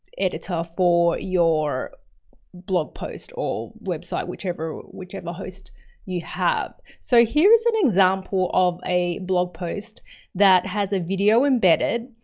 editor for your blog post or website, whichever, whichever host you have. so here's an example of a blog post that has a video embedded.